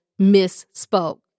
misspoke